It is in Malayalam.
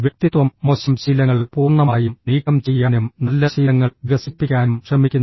വ്യക്തിത്വം മോശം ശീലങ്ങൾ പൂർണ്ണമായും നീക്കം ചെയ്യാനും നല്ല ശീലങ്ങൾ വികസിപ്പിക്കാനും ശ്രമിക്കുന്നു